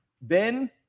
Ben